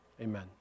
amen